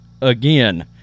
again